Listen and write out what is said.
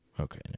Okay